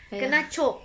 kena chope